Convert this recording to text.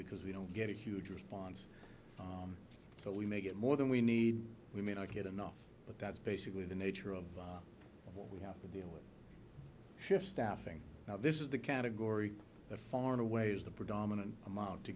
because we don't get a huge response so we may get more than we need we may not get enough but that's basically the nature of what we have to deal with shift staffing now this is the category the far and away is the predominant amount to